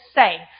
safe